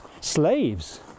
Slaves